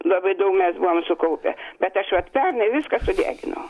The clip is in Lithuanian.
labai daug mes buvom sukaupę bet aš pernai viską sudeginau